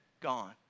gone